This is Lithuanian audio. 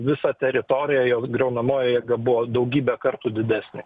visą teritoriją jos griaunamoji jėga buvo daugybę kartų didesnė